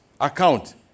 account